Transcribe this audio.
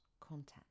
content